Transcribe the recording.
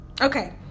okay